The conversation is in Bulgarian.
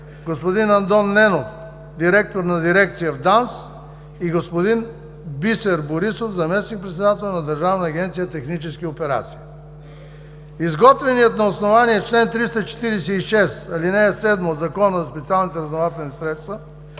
господин Андон Ненов – директор на дирекция в ДАНС, и господин Бисер Борисов – заместник-председател на Държавна агенция „Технически операции“. Изготвеният на основание чл. 346, ал. 7 от Закона за специалните разузнавателни средства